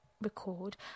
record